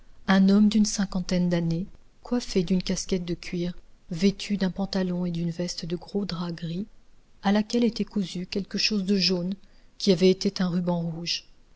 un homme d'une cinquantaine d'années coiffé d'une casquette de cuir vêtu d'un pantalon et d'une veste de gros drap gris à laquelle était cousu quelque chose de jaune qui avait été un ruban rouge